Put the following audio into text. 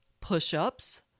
push-ups